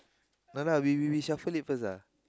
no lah we we we shuffle it first ah